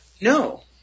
No